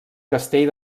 castell